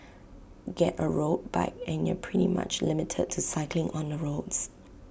get A road bike and you're pretty much limited to cycling on the roads